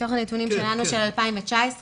מתוך הנתונים שלנו של 2019,